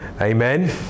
Amen